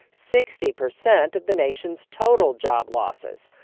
sixty percent of the nation's total job losses.